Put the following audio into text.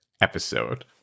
episode